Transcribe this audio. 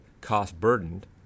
cost-burdened